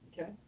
Okay